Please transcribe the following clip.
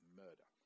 murder